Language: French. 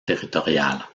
territorial